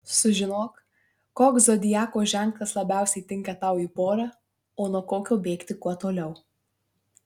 sužinok koks zodiako ženklas labiausiai tinka tau į porą o nuo kokio bėgti kuo toliau